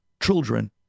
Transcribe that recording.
children